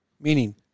meaning